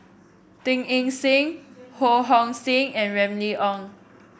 Teo Eng Seng Ho Hong Sing and Remy Ong